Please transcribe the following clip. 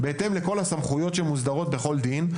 בהתאם לכל הסמכויות שמוסדרות בכל דין.